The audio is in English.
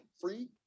free